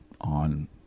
on